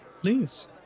please